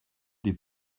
des